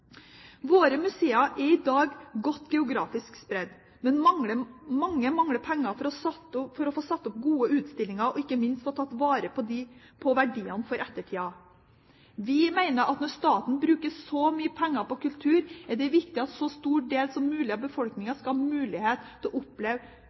Våre museer er i dag godt geografisk spredt, men mange mangler penger for å få satt opp gode utstillinger og ikke minst få tatt vare på verdiene for ettertiden. Vi mener at når staten bruker så mye penger på kultur, er det viktig at en så stor del av befolkningen som mulig